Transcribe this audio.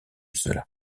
cela